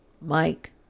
Mike